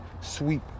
Sweep